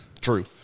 True